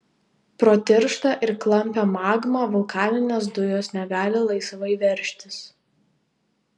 pro tirštą ir klampią magmą vulkaninės dujos negali laisvai veržtis